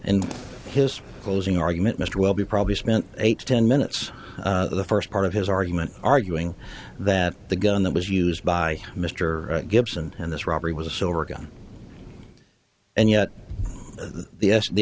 in his closing argument mr will be probably spent eight to ten minutes the first part of his argument arguing that the gun that was used by mr gibson in this robbery was a silver gun and yet the the